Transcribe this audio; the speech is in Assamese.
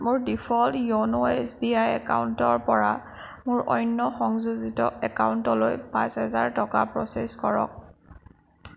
মোৰ default YONO S B I একাউণ্টৰ পৰা মোৰ অন্য সংযোজিত একাউণ্টলৈ পাঁচ হেজাৰ টকা প্ৰ'চেছ কৰক